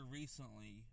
recently